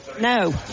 No